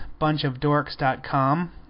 bunchofdorks.com